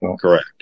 correct